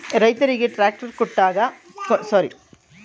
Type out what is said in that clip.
ರೈತರಿಗೆ ಟ್ರಾಕ್ಟರ್ ಕೊಂಡಾಗ ಸಿಗುವ ಕೊಡುಗೆಗಳೇನು?